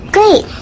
Great